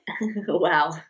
Wow